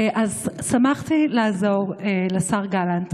אז שמחתי לעזור לשר גלנט.